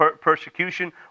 persecution